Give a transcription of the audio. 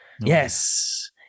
Yes